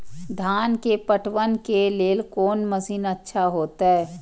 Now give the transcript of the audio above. धान के पटवन के लेल कोन मशीन अच्छा होते?